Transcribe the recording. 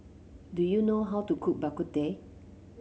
do you know how to cook Bak Kut Teh